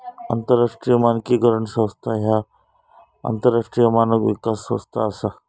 आंतरराष्ट्रीय मानकीकरण संस्था ह्या आंतरराष्ट्रीय मानक विकास संस्था असा